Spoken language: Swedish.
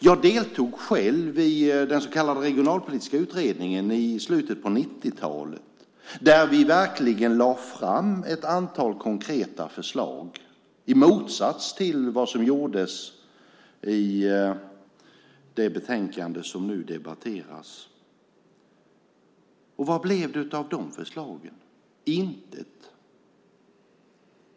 Själv deltog jag i den så kallade regionalpolitiska utredningen i slutet av 90-talet där vi verkligen lade fram ett antal konkreta förslag, i motsats till hur det är med det betänkande som nu debatteras. Vad blev det av de förslagen? Intet!